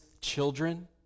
children